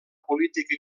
política